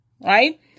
right